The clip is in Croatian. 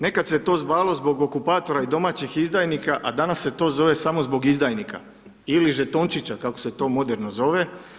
Nekad se to zvalo zbog okupatora i domaćih izdajnika, a danas se to zove samo zbog izdajnika ili žetončića kako se to moderno zove.